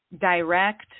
Direct